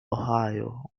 ohio